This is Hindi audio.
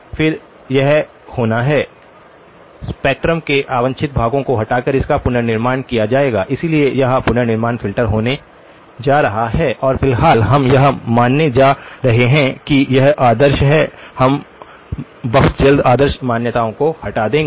फिर यह होना है स्पेक्ट्रम के अवांछित भागों को हटाकर इसका पुनर्निर्माण किया जाएगा इसलिए यह पुनर्निर्माण फ़िल्टर होने जा रहा है और फिलहाल हम यह मानने जा रहे हैं कि यह आदर्श है हम बहुत जल्द आदर्श मान्यताओं को हटा देंगे